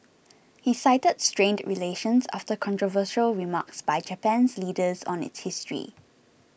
he cited strained relations after controversial remarks by Japan's leaders on its history